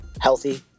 healthy